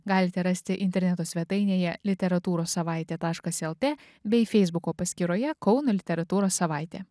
galite rasti interneto svetainėje literatūros savaitė taškas lt bei feisbuko paskyroje kauno literatūros savaitė